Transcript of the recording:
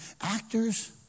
Actors